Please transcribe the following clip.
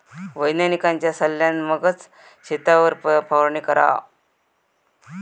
वैज्ञानिकांच्या सल्ल्यान मगच शेतावर फवारणी करा